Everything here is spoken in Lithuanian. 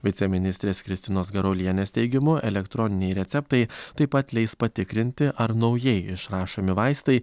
viceministrės kristinos garuolienės teigimu elektroniniai receptai taip pat leis patikrinti ar naujai išrašomi vaistai